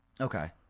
Okay